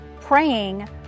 praying